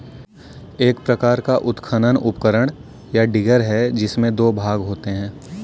एक प्रकार का उत्खनन उपकरण, या डिगर है, जिसमें दो भाग होते है